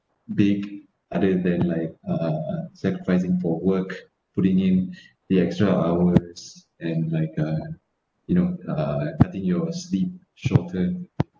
big other than like uh sacrificing for work putting in the extra hours and like uh you know uh I think you will sleep shorter